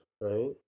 right